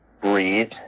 breathe